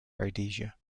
rhodesia